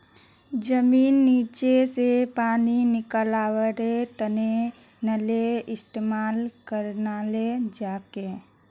जमींनेर नीचा स पानी निकलव्वार तने नलेर इस्तेमाल कराल जाछेक